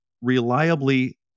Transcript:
reliably